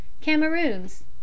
Cameroons